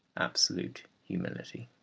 absolute humility.